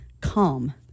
calm